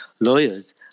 lawyers